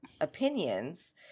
opinions